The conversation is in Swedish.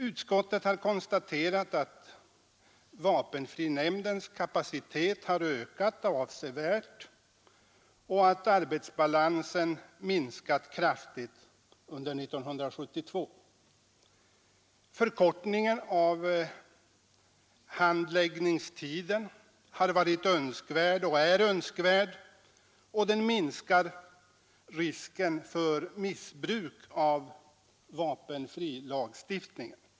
Utskottet har konstaterat att vapenfrinämndens kapacitet har ökat avsevärt och att arbetsbalansen minskat kraftigt under 1972. En förkortning av handläggningstiden är önskvärd. Det skulle minska risken för missbruk av vapenfrilagstiftningen.